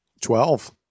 Twelve